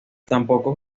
tampoco